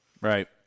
right